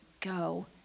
go